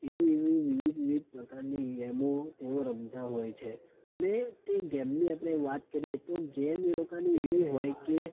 એવી એવી વિવિધ વિવિધ પ્રકારની ગેમો તેઓ રમતાં હોય છે અને તે ગેમ ને આપણે વાત કરીયે તો ગમે એ લોકોની એવી હોય કે